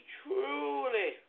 truly